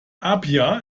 apia